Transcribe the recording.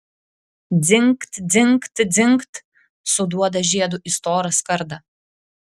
dzingt dzingt dzingt suduoda žiedu į storą skardą